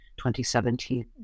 2017